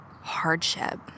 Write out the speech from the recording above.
hardship